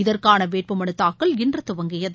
இதற்கான வேட்புமனு தாக்கல் இன்று துவங்கியது